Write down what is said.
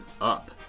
up